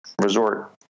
resort